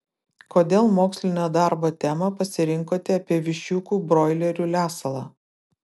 kodėl mokslinio darbo temą pasirinkote apie viščiukų broilerių lesalą